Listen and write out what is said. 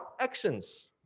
actions